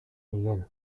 miguel